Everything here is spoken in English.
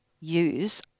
use